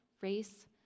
race